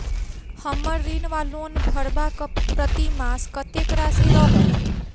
हम्मर ऋण वा लोन भरबाक प्रतिमास कत्तेक राशि रहत?